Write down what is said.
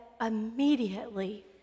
immediately